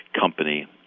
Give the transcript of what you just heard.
company